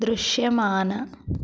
దృశ్యమాన